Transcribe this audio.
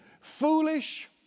foolish